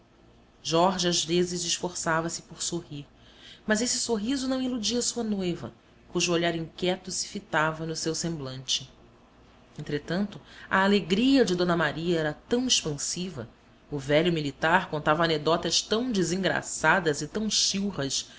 jorge às vezes esforçava-se por sorrir mas esse sorriso não iludia sua noiva cujo olhar inquieto se fitava no seu semblante entretanto a alegria de d maria era tão expansiva o velho militar contava anedotas tão desengraçadas e tão chilras